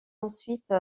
ensuite